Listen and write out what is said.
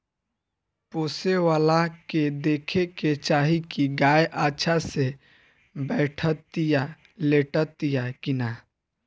पोसेवला के देखे के चाही की गाय अच्छा से बैठतिया, लेटतिया कि ना